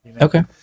Okay